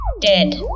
Dead